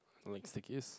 don't like stickies